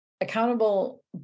accountable